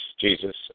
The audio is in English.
Jesus